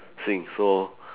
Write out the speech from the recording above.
~sing so